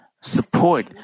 support